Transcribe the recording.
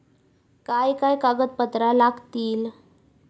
काय काय कागदपत्रा लागतील?